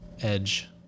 Edge